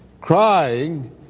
crying